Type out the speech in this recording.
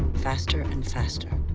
faster and faster.